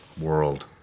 world